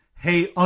hey